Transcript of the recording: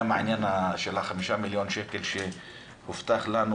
גם העניין של החמישה מיליון שקל שהובטחו לנו